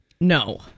No